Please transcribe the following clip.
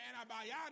antibiotics